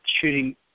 shooting